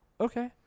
Okay